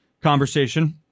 conversation